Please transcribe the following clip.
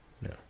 No